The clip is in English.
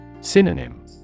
Synonym